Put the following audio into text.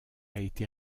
été